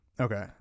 okay